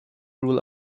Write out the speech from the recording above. rule